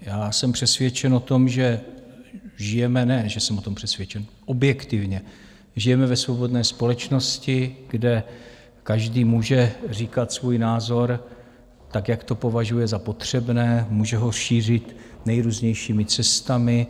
Já jsem přesvědčen o tom, že žijeme, ne že jsem o tom přesvědčen, objektivně žijeme ve svobodné společnosti, kde každý může říkat svůj názor tak, jak to považuje za potřebné, může ho šířit nejrůznějšími cestami.